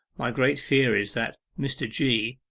my great fear is that mr. g.